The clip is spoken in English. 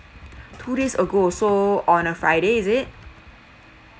two days ago so on a friday is it